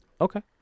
Okay